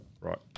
Right